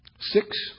Six